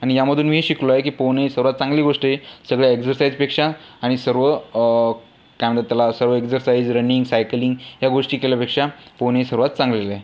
आणि यामधून मी शिकलो आहे की पोहणे ही सर्वात चांगली गोष्ट आहे सगळ्या एक्झरसाईजपेक्षा आणि सर्व काय म्हणतात त्याला सर्व एक्सरसाईज रनिंग सायकलिंग ह्या गोष्टी केल्यापेक्षा पोहणे हे सर्वात चांगले आहे